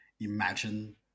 imagine